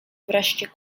wreszcie